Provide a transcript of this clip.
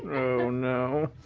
no.